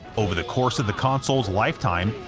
over the course of the console's lifetime,